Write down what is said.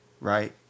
right